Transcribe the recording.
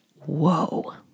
whoa